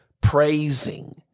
praising